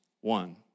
one